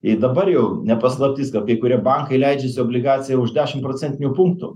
ir dabar jau ne paslaptis kad kai kurie bankai leidžiasi obligacija už dešim procentinių punktų